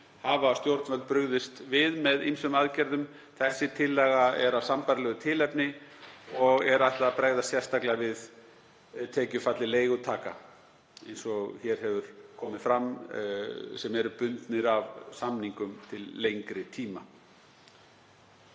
hafa stjórnvöld brugðist við með ýmsum aðgerðum. Tillagan er af sambærilegu tilefni og er ætlað að bregðast sérstaklega við tekjufalli leigutaka, eins og hér hefur komið fram, sem eru bundnir af samningum til lengri tíma.